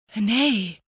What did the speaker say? Nay